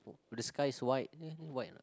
the sky is white there white or not